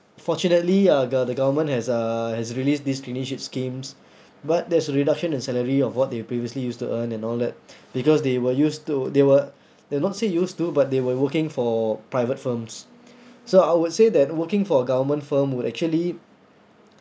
fortunately uh go~ the government has uh has released this traineeship schemes but there's reduction in salary of what they previously used to earn and all that because they were used to they were they're not say used to but they were working for private firms so I would say that working for a government firm would actually